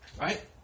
Right